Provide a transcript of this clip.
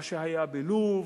מה שהיה בלוב,